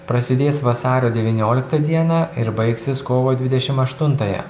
prasidės vasario devynioliktą dieną ir baigsis kovo dvidešimt aštuntąją